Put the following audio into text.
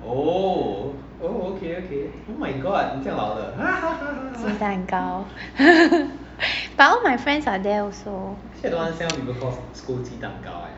鸡蛋糕 but all my friends are there also